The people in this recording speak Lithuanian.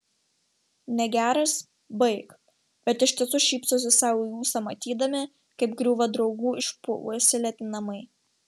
negeras baik bet iš tiesų šypsosi sau į ūsą matydami kaip griūva draugų išpuoselėti namai